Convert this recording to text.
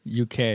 UK